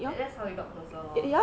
that's how we got closer lor